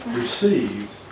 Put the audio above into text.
received